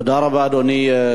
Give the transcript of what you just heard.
תודה רבה, אדוני.